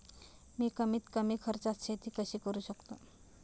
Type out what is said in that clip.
मी कमीत कमी खर्चात शेती कशी करू शकतो?